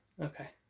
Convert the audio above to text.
Okay